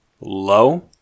low